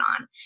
on